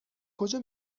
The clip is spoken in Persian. کجا